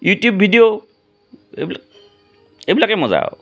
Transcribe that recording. YouTube video এইবিলাক এইবিলাকে মজা আৰু